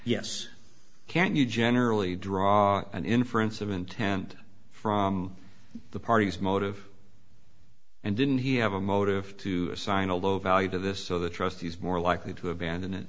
yes can you generally draw an inference of intent from the parties motive and didn't he have a motive to assign a low value to this so the trustee is more likely to abandon it